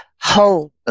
whole